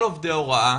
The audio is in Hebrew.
כל עובדי ההוראה